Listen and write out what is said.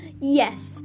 Yes